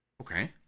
Okay